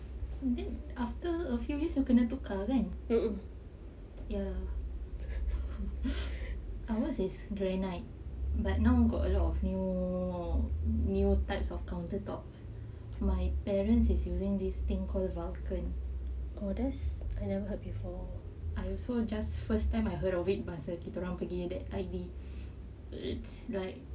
then after a few years you kena tukar kan ya ours is granite but now got a lot of new new types of counter top my parents is using this thing called vulcan I also just first time I heard of it masa kita orang pergi I_D that's why it's like um it's